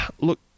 Look